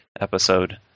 episode